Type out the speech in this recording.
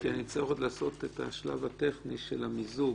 כי אני צריך עוד לעשות את השלב הטכני של המיזוג.